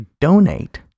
donate